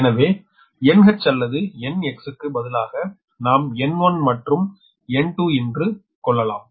எனவே NH அல்லது NX க்கு பதிலாக நாம் N1 மற்றும் N2 என்று கொள்ளலாம்